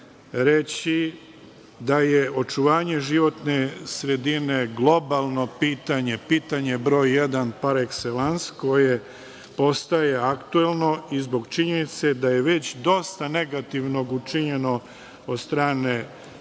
reći da je očuvanje životne sredine globalno pitanje, pitanje broj jedan, par ekselans, koje postaje aktuelno i zbog činjenice da je već dosta negativnog učinjeno od strane